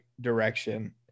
direction